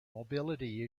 mobility